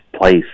place